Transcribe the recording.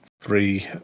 three